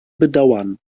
bedauern